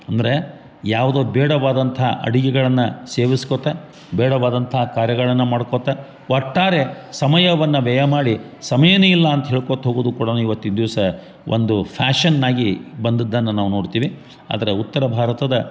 ಅಂದರೆ ಯಾವುದೋ ಬೇಡವಾದಂಥ ಅಡಿಗೆಗಳನ್ನು ಸೇವಿಸ್ಕೊತಾ ಬೇಡವಾದಂಥ ಕಾರ್ಯಗಳನ್ನು ಮಾಡ್ಕೊತಾ ಒಟ್ಟಾರೆ ಸಮಯವನ್ನು ವ್ಯಯ ಮಾಡಿ ಸಮಯವೇ ಇಲ್ಲ ಅಂತ ಹೇಳ್ಕೊತಾ ಹೋಗುದು ಕೂಡ ಇವತ್ತಿನ ದಿವಸ ಒಂದು ಫ್ಯಾಷನ್ ಆಗಿ ಬಂದದ್ದನ್ನು ನಾವು ನೋಡ್ತೀವಿ ಆದ್ರೆ ಉತ್ತರ ಭಾರತದ